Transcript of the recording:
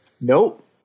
Nope